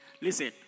Listen